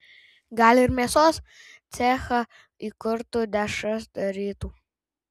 gal ir mėsos cechą įkurtų dešras darytų